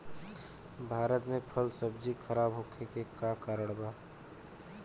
भारत में फल सब्जी खराब होखे के का कारण बा?